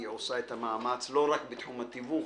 היא עושה את המאמץ לא רק בתחום התיווך,